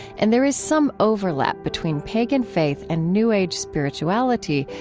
and there is some overlap between pagan faith and new age spirituality,